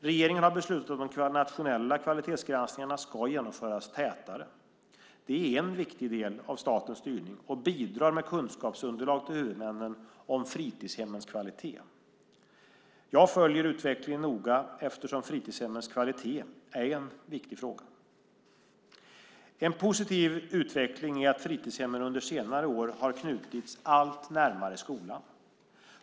Regeringen har beslutat att de nationella kvalitetsgranskningarna ska genomföras tätare. De är en viktig del av statens styrning och bidrar med kunskapsunderlag till huvudmännen om fritidshemmens kvalitet. Jag följer utvecklingen noga eftersom fritidshemmens kvalitet är en viktig fråga. En positiv utveckling är att fritidshemmen under senare år har knutits allt närmare skolan.